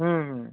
হুম হুম